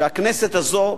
שהכנסת הזאת,